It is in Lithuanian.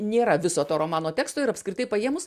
nėra viso to romano teksto ir apskritai paėmus